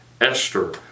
Esther